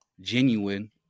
genuine